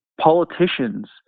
politicians